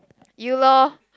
you lor